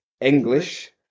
English